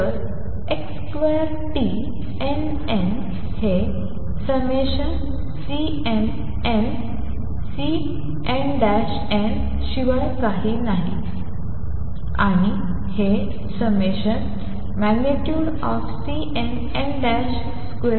तर x2tnn हे ∑CnnCnn शिवाय काही नाही तेच आहे आणि हे ∑।Cnn ।2